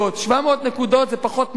700 נקודות זה פחות מ-1,000,